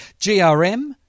GRM